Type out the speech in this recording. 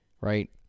right